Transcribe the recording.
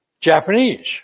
Japanese